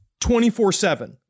24-7